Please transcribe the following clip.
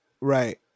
Right